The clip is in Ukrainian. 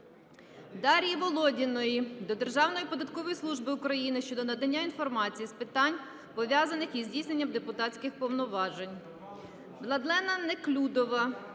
Дар'ї Володіної до Державної податкової служби України щодо надання інформації з питань, пов'язаних із здійсненням депутатських повноважень. Владлена Неклюдова